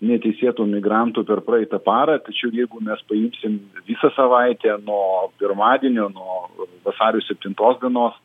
neteisėtų migrantų per praeitą parą tačiau jeigu mes paimsim visą savaitę nuo pirmadienio nuo vasario septintos dienos